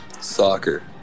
Soccer